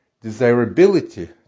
desirability